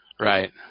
Right